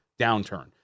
downturn